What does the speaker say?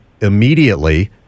immediately